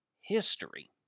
history